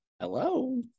Hello